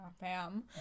bam